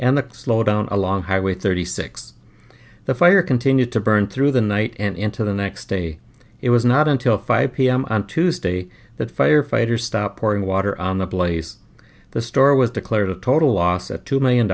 the slow down along highway thirty six the fire continued to burn through the night and into the next day it was not until five pm on tuesday that firefighters stop pouring water on the blaze the store was declared a total loss at two million